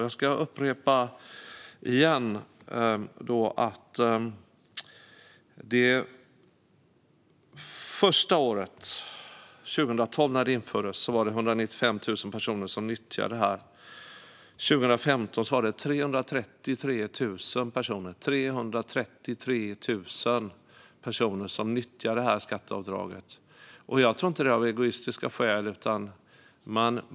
Jag upprepar: Det första året när detta skatteavdrag infördes, 2012, var det 195 000 personer som nyttjade det. År 2015 var det 333 000 personer som nyttjade det. Jag tror inte att det är av egoistiska skäl.